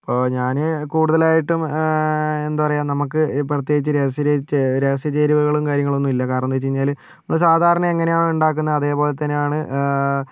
അപ്പോൾ ഞാൻ കൂടുതലായിട്ടും എന്താ പറയുക നമുക്ക് ഈ പ്രത്യേകിച്ച് രഹസ്യ രഹസ്യ ചേരുവകളും കാര്യങ്ങളൊന്നും ഇല്ല കാരണം എന്താണെന്ന് വെച്ച് കഴിഞ്ഞാൽ നമ്മൾ സാധാരണ എങ്ങനെയാണോ ഉണ്ടാക്കുന്നത് അതേ പോലെ തന്നെയാണ്